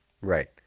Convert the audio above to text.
Right